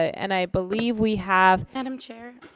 and i believe we have madame chair?